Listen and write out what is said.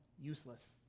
useless